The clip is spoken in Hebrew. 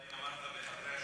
האם אמרת "חדרי השירותים"?